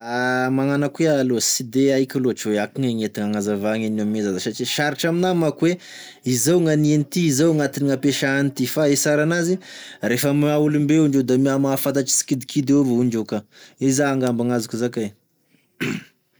Magnano akô ià aloha sy de haiko lôtry oe akogn'aia gn'etigna agnazavagny satria sarotry aminà mako oe izao gn'ania an'ity izao gn'antony ampiasà an'ity fa e sara anazy refa maha-olombe eo ndreo da miha mahafantatry sikidikidy eo avao ndreo ka, izà ngamba ny azoko zakay.